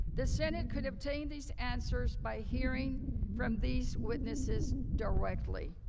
the senate could obtain these answers by hearing from these witnesses directly.